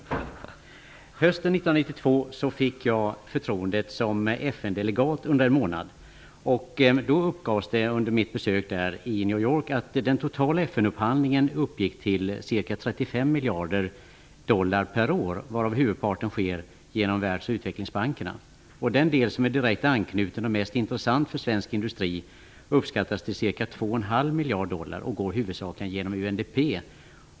Hösten 1992 fick jag under en månad förtroende som FN-delegat. Under mitt besök i New York uppgavs det att den totala FN-upphandlingen uppgick till ca 35 miljarder dollar per år, varav huvudparten sker genom Världsbanken och Utvecklingsbanken. Den del som är direkt anknuten till och mest intressant för svensk industri uppskattas till ca 2,5 miljarder dollar går huvudsakligen via UNDP.